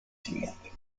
siguiente